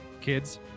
kids